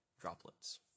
droplets